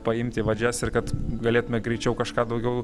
paimt į vadžias ir kad galėtume greičiau kažką daugiau